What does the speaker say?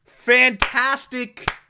fantastic